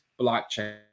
blockchain